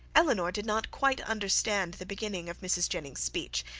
elinor did not quite understand the beginning of mrs. jennings's speech,